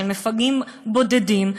של מפגעים בודדים,